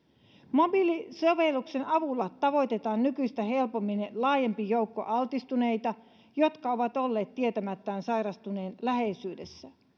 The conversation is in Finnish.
mobiilisovelluksen avulla tavoitetaan nykyistä helpommin laajempi joukko altistuneita jotka ovat olleet tietämättään sairastuneen läheisyydessä